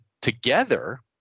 together